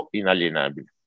inalienabile